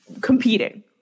competing